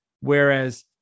Whereas